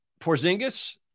Porzingis